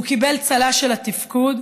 הוא קיבל צל"ש על התפקוד,